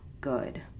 good